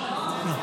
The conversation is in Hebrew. לא.